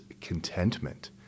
contentment